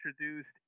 introduced